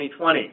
2020